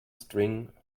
string